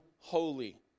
holy